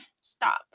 stop